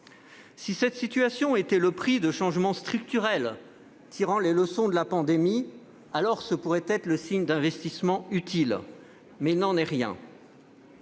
Si cette situation était le prix de changements structurels tirant les leçons de la pandémie, ce pourrait être le signe d'investissements utiles. Mais il n'en est rien.